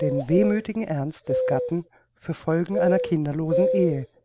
den wehmüthigen ernst des gatten für folgen einer kinderlosen ehe